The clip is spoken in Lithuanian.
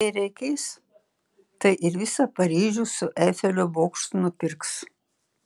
jei reikės tai ir visą paryžių su eifelio bokštu nupirks